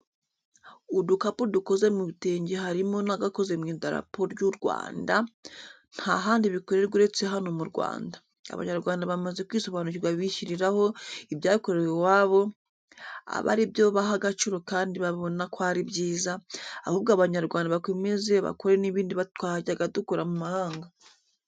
Udukapu dukoze mu bitenge harimo n'agakoze mu idarapo ry'uRwanda, nta handi bikorerwa uretse hano mu Rwanda. Abanyarwanda bamaze kwisobanukirwa bishyiriraho ibyakorewe iwabo, aba ari byo baha agaciro kandi babona ko ari byiza, ahubwo Abanyarwanda bakomeze bakore n'ibindi twajyaga dukura mu mahanga.